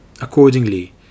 Accordingly